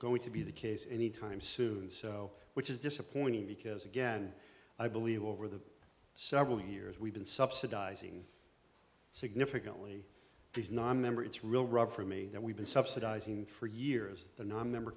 going to be the case any time soon so which is disappointing because again i believe over the several years we've been subsidizing significantly these nonmember it's real rob for me that we've been subsidizing for years the nonmember